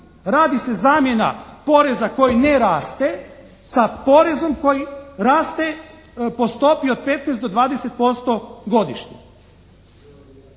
Radi se zamjena koji ne raste sa porezom koji raste po stopi od 15 do 20% godišnje.